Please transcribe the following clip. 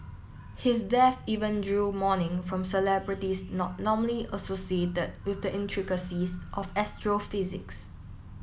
his death even drew mourning from celebrities not normally associated with the intricacies of astrophysics